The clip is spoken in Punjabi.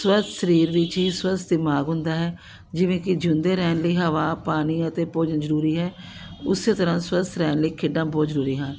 ਸਵਸਥ ਸਰੀਰ ਵਿਚ ਹੀ ਸਵਸਥ ਦਿਮਾਗ ਹੁੰਦਾ ਹੈ ਜਿਵੇਂ ਕਿ ਜਿਉਂਦੇ ਰਹਿਣ ਲਈ ਹਵਾ ਪਾਣੀ ਅਤੇ ਭੋਜਨ ਜ਼ਰੂਰੀ ਹੈ ਉਸੇ ਤਰ੍ਹਾਂ ਸਵਸਥ ਰਹਿਣ ਲਈ ਖੇਡਾਂ ਬਹੁਤ ਜ਼ਰੂਰੀ ਹਨ